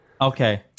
Okay